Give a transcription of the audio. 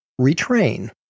retrain